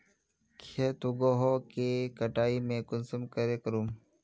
खेत उगोहो के कटाई में कुंसम करे करूम?